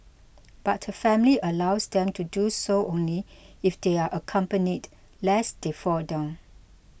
but her family allows them to do so only if they are accompanied lest they fall down